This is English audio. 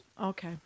Okay